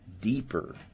deeper